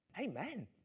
amen